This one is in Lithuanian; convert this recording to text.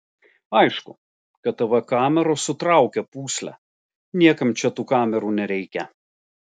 aišku kad tv kameros sutraukia pūslę niekam čia tų kamerų nereikia